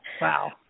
Wow